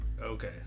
Okay